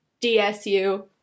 DSU